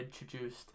introduced